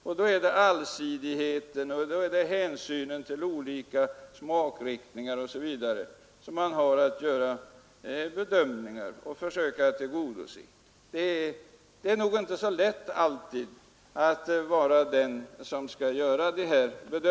Och då måste man göra bedömningarna så att man tillgodoser kravet på allsidighet och tar hänsyn till olika smakriktningar. Den som gör de här bedömningarna har det nog inte alltid så lätt.